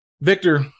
Victor